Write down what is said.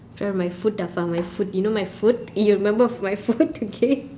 so my foot afar my foot you know my foot you remember my foot okay